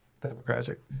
democratic